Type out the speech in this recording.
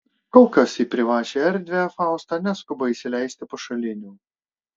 kol kas į privačią erdvę fausta neskuba įsileisti pašalinių